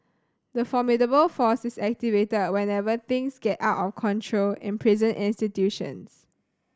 the formidable force is activated whenever things get out of control in prison institutions